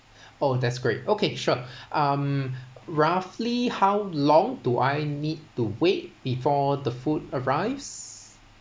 oh that's great okay sure um roughly how long do I need to wait before the food arrives